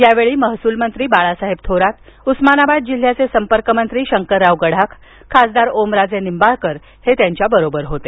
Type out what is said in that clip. यावेळी महसूलमंत्री बाळासाहेब थोरात उस्मानाबाद जिल्ह्याचे संपर्क मंत्री शंकरराव गडाख खासदार ओमराजे निंबाळकर त्यांच्या सोबत होते